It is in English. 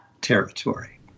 territory